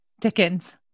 Dickens